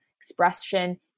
Expression